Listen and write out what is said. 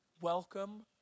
welcome